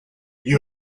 you